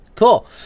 Cool